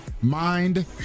Mind